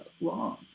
wrong